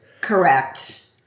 Correct